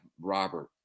robert